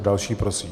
Další prosím.